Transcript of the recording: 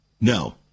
No